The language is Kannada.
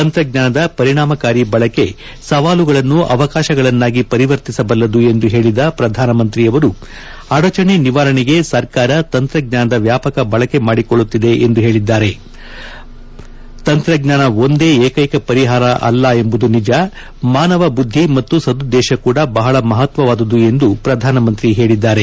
ತಂತ್ರಜ್ಞಾನದ ಪರಿಣಾಮಕಾರಿ ಬಳಕೆ ಸವಾಲುಗಳನ್ನು ಅವಕಾಶಗಳನ್ನಾಗಿ ಪರಿವರ್ತಿಸಬಲ್ಲದು ಎಂದು ಹೇಳಿದ ಪ್ರಧಾನಮಂತ್ರಿಯವರು ಅಡಚಣೆ ನಿವಾರಣೆಗೆ ಸರ್ಕಾರ ತಂತ್ರಜ್ಞಾನದ ವ್ಯಾಪಕ ಬಳಕೆ ಮಾಡಿಕೊಳ್ಳುತ್ತಿದೆ ಎಂದಿರುವ ಪ್ರಧಾನಮಂತ್ರಿ ತಂತ್ರಜ್ಞಾನ ಒಂದೇ ಏಕ್ಷೆಕ ಪರಿಹಾರ ಅಲ್ಲ ಎಂಬುದು ನಿಜ ಮಾನವ ಬುದ್ದಿ ಮತ್ತು ಸದುದ್ದೇಶ ಕೂಡ ಬಹಳ ಮಹತ್ವವಾದದು ಎಂದರು